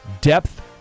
Depth